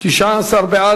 מס' 24),